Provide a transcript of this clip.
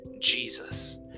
Jesus